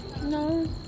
No